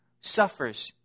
Suffers